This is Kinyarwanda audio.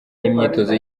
n’imyitozo